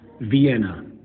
Vienna